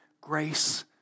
grace